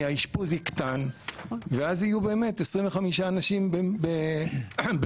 האשפוז יקטן ואז יהיו באמת 25 אנשים במחלקה.